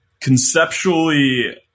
conceptually